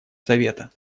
совета